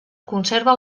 conserva